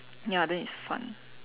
ya then it's fun